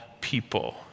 people